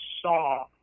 saw